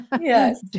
yes